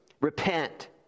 repent